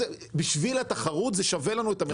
בשביל התחרות זה שווה לנו המחיר.